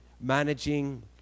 managing